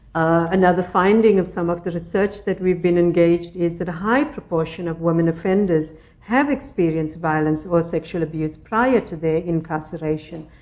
another finding of some of the research that we've been engaged is that a high proportion of women offenders have experienced violence or sexual abuse prior to their incarceration.